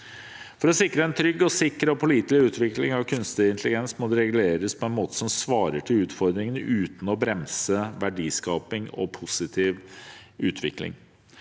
For å sikre en trygg, sikker og pålitelig utvikling av kunstig intelligens må det reguleres på en måte som svarer til utfordringene uten å bremse verdiskaping og positiv utvikling.